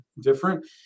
different